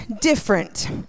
different